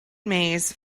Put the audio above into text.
maze